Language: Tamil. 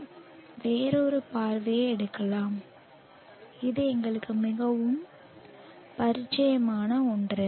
நாம் வேறொரு பார்வையை எடுக்கலாம் இது எங்களுக்கு மிகவும் பரிச்சயமான ஒன்று